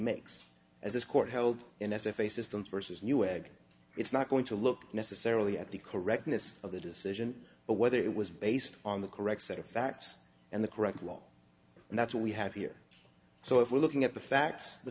this court held and as if a system vs new egg it's not going to look necessarily at the correctness of the decision but whether it was based on the correct set of facts and the correct law and that's what we have here so if we're looking at the facts the